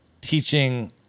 teaching